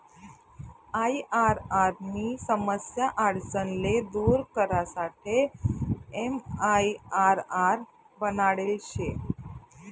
IRR नी समस्या आडचण ले दूर करासाठे एमआईआरआर बनाडेल शे